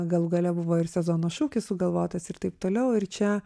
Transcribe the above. galų gale buvo ir sezono šūkis sugalvotas ir taip toliau ir čia